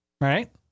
right